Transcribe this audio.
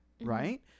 Right